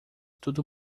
tudo